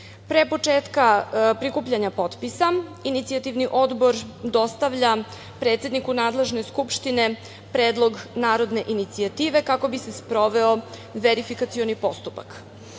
početka prikupljanja potpisa, inicijativni odbor dostavlja predsedniku nadležne Skupštine predlog narodne inicijative, kako bi se sproveo verifikacioni